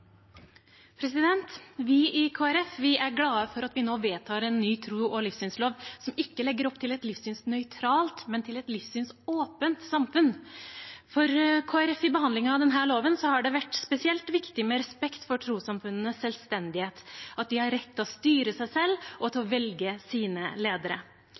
vedtar en ny tros- og livssynslov som ikke legger opp til et livssynsnøytralt, men til et livssynsåpent samfunn. I forbindelse med behandlingen av denne loven har det for Kristelig Folkeparti vært spesielt viktig med respekt for trossamfunnenes selvstendighet: at de har rett til å styre seg selv og til å velge sine ledere.